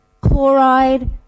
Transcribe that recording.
chloride